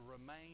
remain